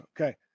Okay